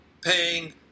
paying